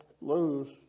lose